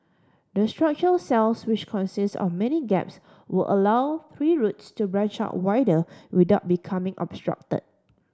the structural cells which consist of many gaps would allow tree roots to branch out wider without becoming obstruct